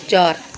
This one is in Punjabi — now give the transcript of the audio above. ਚਾਰ